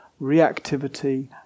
reactivity